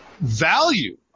value